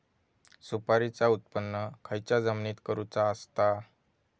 सुपारीचा उत्त्पन खयच्या जमिनीत करूचा असता?